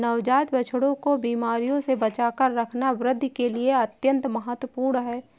नवजात बछड़ों को बीमारियों से बचाकर रखना वृद्धि के लिए अत्यंत महत्वपूर्ण है